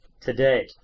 today